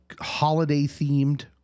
holiday-themed